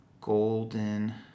Golden